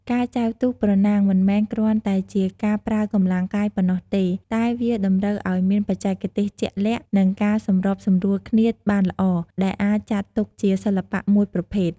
ការចែវទូកប្រណាំងមិនមែនគ្រាន់តែជាការប្រើកម្លាំងកាយប៉ុណ្ណោះទេ តែវាតម្រូវឱ្យមានបច្ចេកទេសជាក់លាក់ និងការសម្របសម្រួលគ្នាបានល្អ ដែលអាចចាត់ទុកជាសិល្បៈមួយប្រភេទ។